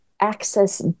access